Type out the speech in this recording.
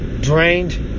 drained